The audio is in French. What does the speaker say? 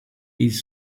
ils